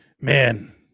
man